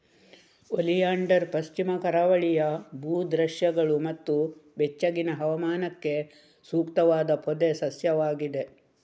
oleander ಪಶ್ಚಿಮ ಕರಾವಳಿಯ ಭೂ ದೃಶ್ಯಗಳು ಮತ್ತು ಬೆಚ್ಚಗಿನ ಹವಾಮಾನಕ್ಕೆ ಸೂಕ್ತವಾದ ಪೊದೆ ಸಸ್ಯವಾಗಿದೆ